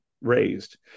raised